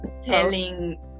telling